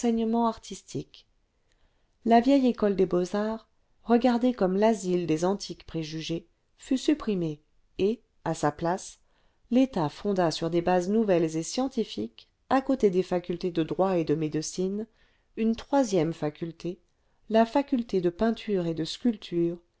artistique la vieille école des beaux-arts regardée comme l'asile des antiques préjugés fut supprimée et à sa place l'état fonda sur des bases nouvelles et scientifiques à côté des facultés de droit et de médecine une troisième faculté la faculté de peinture et de sculpture